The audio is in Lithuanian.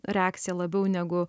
reakcija labiau negu